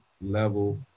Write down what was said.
level